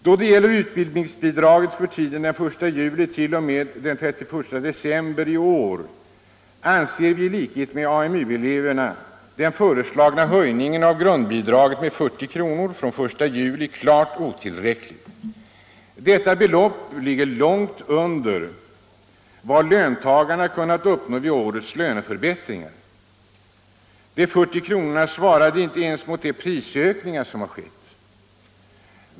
Då det gäller utbildningsbidraget för tiden den 1 juli t.o.m. den 31 december i år anser vi i likhet med AMU-eleverna att den föreslagna höjningen av grundbidraget med 40 kr. från den 1 juli är klart otillräcklig. Detta belopp ligger ju långt under vad löntagarna kunnat uppnå vid årets löneförhandlingar. De 40 kronorna svarar inte ens mot de prisökningar som har skett.